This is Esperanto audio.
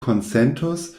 konsentos